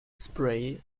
spray